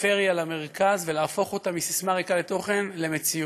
הפריפריה למרכז ולהפוך אותה מסיסמה ריקה מתוכן למציאות,